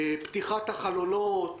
פתיחת החלונות,